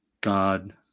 God